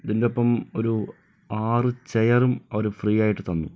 ഇതിൻ്റെ ഒപ്പം ഒരു ആറ് ചെയറും അവർ ഫ്രീ ആയിട്ട് തന്നു